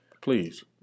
Please